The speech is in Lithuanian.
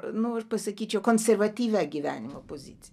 nu aš pasakyčiau konservatyvia gyvenimo pozicija